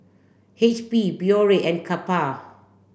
H P Biore and Kappa